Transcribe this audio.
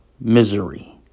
misery